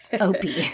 Opie